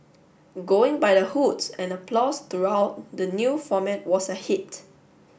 going by the hoots and applause throughout the new format was a hit